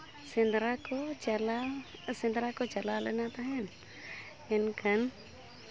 ᱥᱮᱸᱫᱽᱨᱟ ᱠᱚ ᱪᱟᱞᱟᱣ ᱥᱮᱸᱫᱽᱨᱟ ᱠᱚ ᱪᱟᱞᱟᱣ ᱞᱮᱱᱟ ᱛᱟᱦᱮᱱ ᱢᱮᱱᱠᱷᱟᱱ